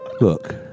Look